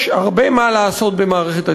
יש הרבה מה לעשות במערכת התכנון,